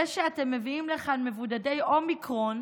זה שאתם מביאים לכאן מבודדי אומיקרון,